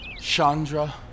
Chandra